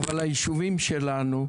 אבל היישובים שלנו,